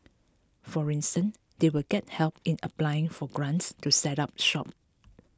for instance they will get help in applying for grants to set up shop